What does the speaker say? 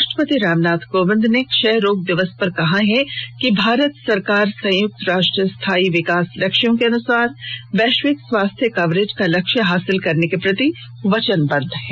राष्ट्रपति रामनाथ कोविंद ने क्षयरोग दिवस पर कहा है कि भारत सरकार संयुक्त राष्ट्र स्थायी विकास लक्ष्यों के अनुसार वैश्विक स्वास्थ्य कवरेज का लक्ष्य हासिल करने के प्रति वचनबद्ध है